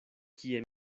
kie